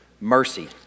mercy